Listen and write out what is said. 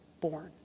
born